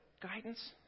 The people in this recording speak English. guidance